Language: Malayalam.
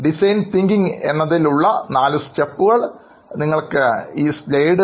ഡിസൈൻ എന്നതിൽ നാല് സ്റ്റെപ്പുകൾ ഉണ്ട്